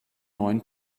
neuen